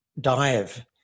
dive